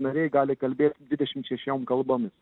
nariai gali kalbėti dvidešim šešiom kalbomis